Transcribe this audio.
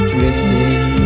Drifting